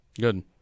Good